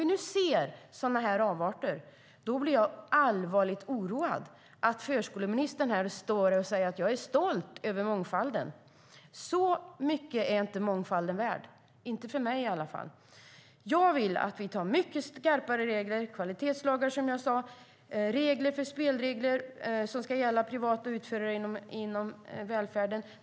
När vi ser sådana här avarter blir jag allvarligt oroad när förskoleministern säger att hon är stolt över mångfalden. Så mycket är mångfalden inte värd, inte för mig i alla fall. Jag vill att vi har mycket skarpare regler, kvalitetslagar, som jag sade, och spelregler för privata utförare inom välfärden.